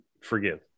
forgive